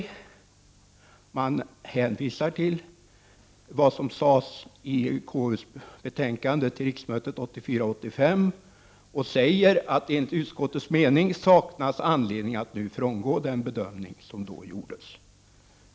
Utskottet hänvisar till vad som sades i konstitutionsutskottets betänkande till riksmötet 1984/85: ”Enligt utskottets mening saknas anledning att nu frångå den bedömning som då gjordes.